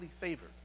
favored